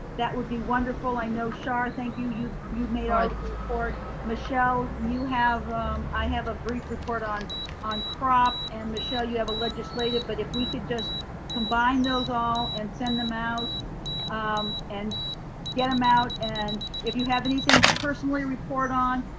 that would be wonderful. i know char, thank you you you made ah a report. michelle, i have a brief report on on crop and michelle you have a legislative but if we could just combine those all and send them out um and get them out and if you have any thing to personally report on,